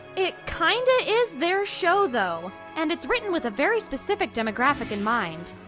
it kinda is their show though and it's written with a very specific demographic in mind,